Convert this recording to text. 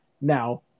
now